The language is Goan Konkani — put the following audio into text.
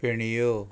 फेणयो